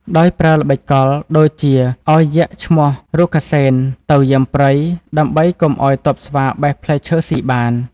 ដោយប្រើល្បិចកល ដូចជាឱ្យយក្សឈ្មោះរុក្ខសេនទៅយាមព្រៃ ដើម្បីកុំឱ្យទ័ពស្វាបេះផ្លែឈើស៊ីបាន។